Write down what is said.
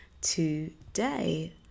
today